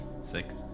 Six